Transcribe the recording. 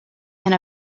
and